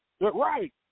right